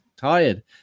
tired